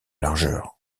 largeur